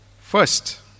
First